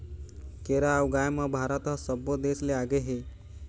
केरा ऊगाए म भारत ह सब्बो देस ले आगे हे